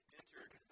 entered